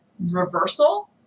reversal